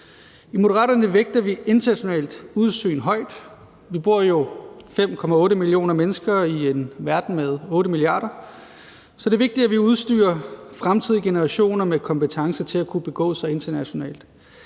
I Moderaterne vægter vi internationalt udsyn højt. Vi bor jo 5,8 millioner mennesker i en verden med 8 milliarder, så det er vigtigt, at vi udstyrer fremtidige generationer med kompetencer til at kunne begå sig internationalt.